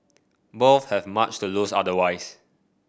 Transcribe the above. both have much to lose otherwise